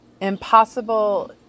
impossible